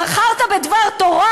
בחרת בדבר תורה,